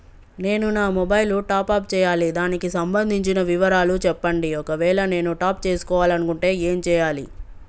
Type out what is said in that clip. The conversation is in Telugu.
నేను నా మొబైలు టాప్ అప్ చేయాలి దానికి సంబంధించిన వివరాలు చెప్పండి ఒకవేళ నేను టాప్ చేసుకోవాలనుకుంటే ఏం చేయాలి?